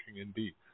indeed